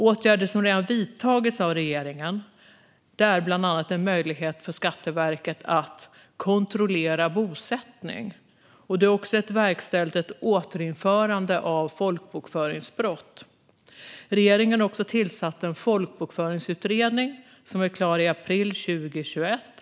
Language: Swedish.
Åtgärder som redan vidtagits av regeringen är bland annat en möjlighet för Skatteverket att kontrollera bosättning. Det är också verkställt ett återinförande av folkbokföringsbrott. Regeringen har även tillsatt en folkbokföringsutredning som ska vara klar i april 2021.